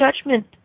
judgment